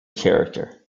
character